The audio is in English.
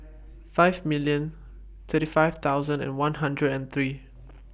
five million thirty five thousand and one hundred and three